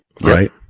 Right